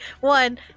one